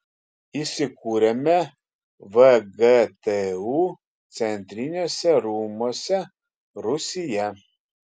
įsikūrėme vgtu centriniuose rūmuose rūsyje